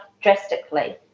drastically